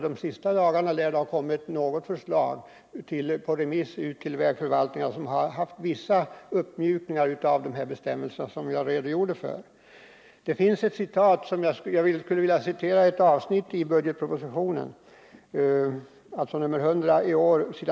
De senaste dagarna lär det ha kommit något förslag på remiss till vägförvaltningarna med vissa uppmjukningar av de bestämmelser som jag redogjorde för. Jag skulle också vilja citera ett avsnitt ur budgetpropositionen 1978/79:100 bil.